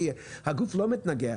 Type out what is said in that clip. כי הגוף לא מתנקה.